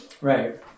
Right